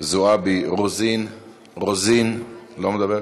זועבי, רוזין לא מדברת?